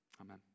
amen